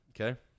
okay